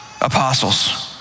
apostles